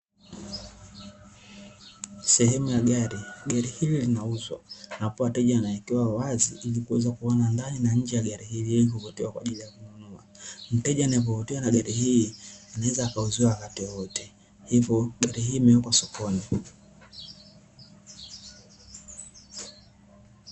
Sehemu ya gari, gari hili linauzwa na hapo wateja wanawekewa wazi ili kuweza kuona ndani na nje ya gari hili ii kuvutiwa kwa ajiri ya kununua, mteje anapovutiwa na gari hili anaweza akauziwa wakati wowote, hivyo gari hili limewekwa sokoni.